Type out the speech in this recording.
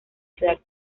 ciudad